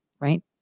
right